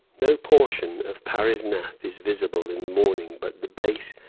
no portion of parisnath is visible in the morning but the base,